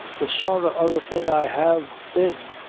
the sorra other thing i have, thin,